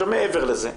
עכשיו מעבר לזה,